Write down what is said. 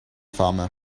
farmer